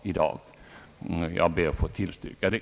Jag ber att få tillstyrka det.